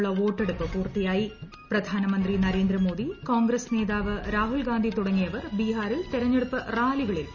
ബിഹാറിൽ വോട്ടെടുപ്പ് പൂർത്തിയായി പ്രധാനമന്ത്രി നരേന്ദ്രമോദി കോൺഗ്രസ് നേതാവ് രാഹുൽ ഗാന്ധി തുടങ്ങിയവർ ബിഹാറിൽ തെരഞ്ഞെടുപ്പ് റാലികളിൽ പങ്കെടുത്തു